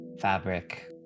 fabric